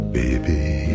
baby